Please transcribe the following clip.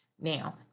Now